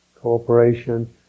Cooperation